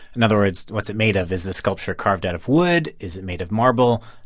in other words, what's it made of? is the sculpture carved out of wood? is it made of marble?